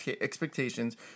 expectations